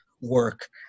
work